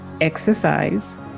exercise